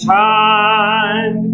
time